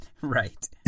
right